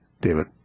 David